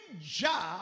job